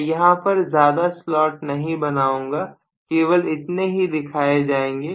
मैं यहां पर ज्यादा स्लॉट नहीं बनाऊंगा केवल इतने ही दिखाए जाएंगे